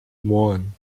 one